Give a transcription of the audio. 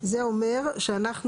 זה אומר שאנחנו,